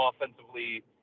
offensively